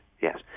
Yes